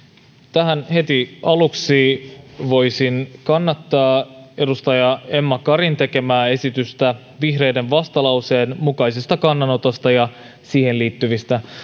tähän heti aluksi voisin kannattaa edustaja emma karin tekemää esitystä vihreiden vastalauseen mukaisesta kannanotosta ja siihen liittyvistä